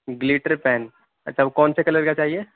glitter pen اچھا وہ کون سے کلر کا چاہیے